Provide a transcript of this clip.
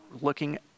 looking